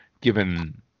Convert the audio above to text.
given